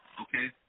okay